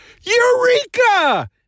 Eureka